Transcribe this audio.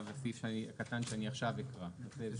סעיף קטן שאני עכשיו אקרא.